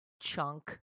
Chunk